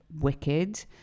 wicked